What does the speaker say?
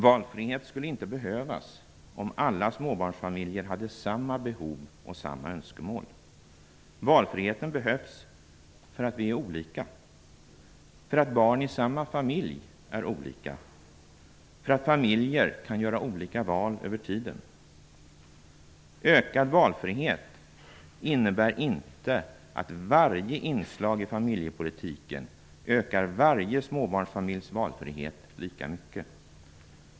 Valfrihet skulle inte behövas om alla småbarnsfamiljer hade samma behov och samma önskemål. Valfriheten behövs för att vi är olika, för att barn i samma familj är olika, för att familjer kan göra olika val över tiden. Ökad valfrihet innebär inte att varje inslag i familjepolitiken ökar varje småbarnsfamiljs valfrihet lika mycket.